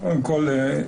קודם כל,